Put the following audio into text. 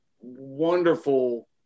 wonderful